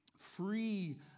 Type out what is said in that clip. free